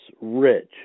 rich